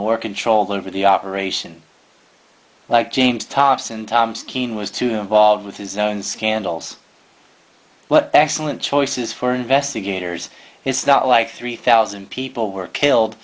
more control over the operation like james thompson tom skeen was too involved with his own scandals but excellent choices for investigators it's not like three thousand people were killed